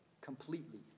completely